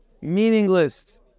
meaningless